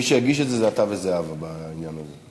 מי שהגיש את זה זה אתה וזהבה, בעניין הזה.